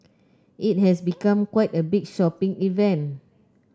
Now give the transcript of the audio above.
it has become quite a big shopping event